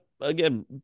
again